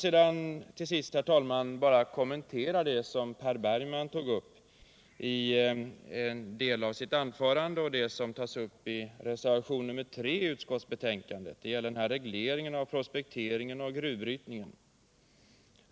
Så till sist en liten kommentar till vad Per Bergman sade om reservationen 3 i utskottets betänkande, vilken handlar om reglering av prospektering och gruvbrytning.